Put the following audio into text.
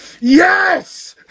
yes